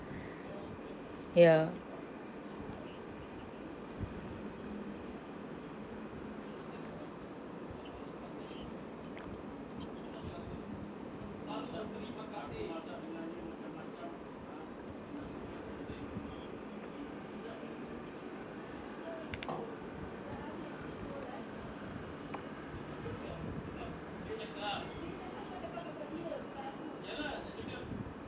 ya